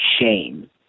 shame